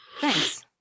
Thanks